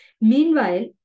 Meanwhile